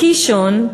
לקישון,